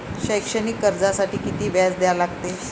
शैक्षणिक कर्जासाठी किती व्याज द्या लागते?